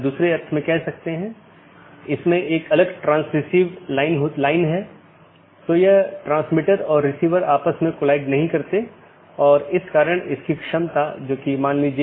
इसलिए पथ को गुणों के प्रकार और चीजों के प्रकार या किस डोमेन के माध्यम से रोका जा रहा है के रूप में परिभाषित किया गया है